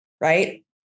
right